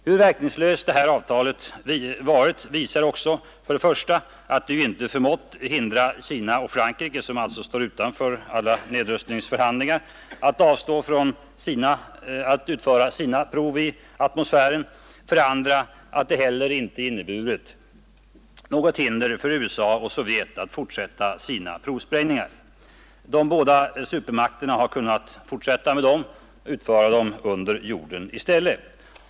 Hur verkningslöst avtalet varit visar också för det första att det inte förmått hindra Kina och Frankrike, som ju står utanför alla nedrustningsförhandlingar, att avstå från sina prov i atmosfären, för det andra att avtalet inte heller inneburit något hinder för USA och Sovjet att fortsätta sina provsprängningar. De båda supermakterna har kunnat företa dessa sprängningar under jorden i stället.